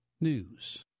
News